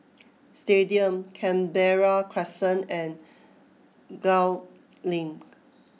stadium Canberra Crescent and Gul Link